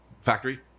factory